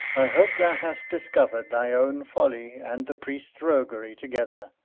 i hope thou hast discovered thy own folly and the priest's roguery together,